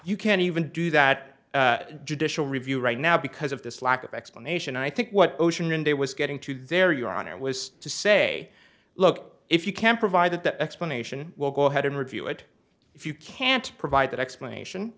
you can't even do that judicial review right now because of this lack of explanation i think what ocean india was getting to there your honor was to say look if you can't provide that explanation we'll go ahead and review it if you can't provide that explanation